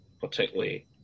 particularly